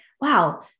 wow